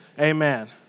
amen